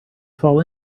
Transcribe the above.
fall